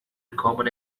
common